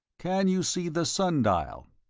can you see the sun-dial?